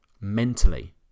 mentally